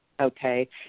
okay